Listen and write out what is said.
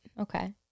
Okay